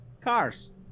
cars